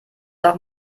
doch